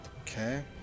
Okay